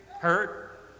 hurt